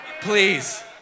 Please